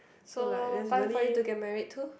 so time for you to get married too